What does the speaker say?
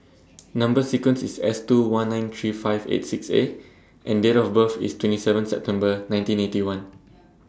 Number sequence IS S two one nine three five eight six A and Date of birth IS twenty seven September nineteen Eighty One